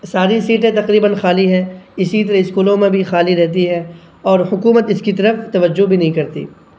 ساری سیٹیں تقریباً خالی ہیں اسی طرح اسکولوں میں بھی خالی رہتی ہیں اور حکومت اس کی طرف توجہ بھی نہیں کرتی